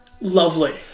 lovely